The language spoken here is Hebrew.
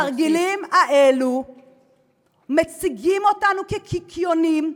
התרגילים האלה מציגים אותנו כקיקיוניים,